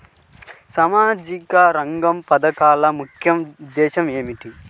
సామాజిక రంగ పథకాల ముఖ్య ఉద్దేశం ఏమిటీ?